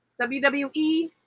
WWE